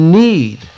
need